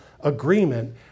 agreement